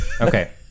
Okay